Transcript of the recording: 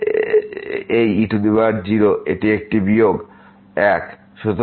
এই e0 এটি একটি বিয়োগ এক 00 ফর্ম